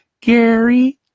Gary